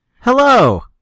Hello